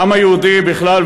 לעם היהודי בכלל,